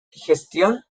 gestión